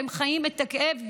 והם חיים את הכאב יום-יום.